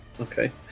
Okay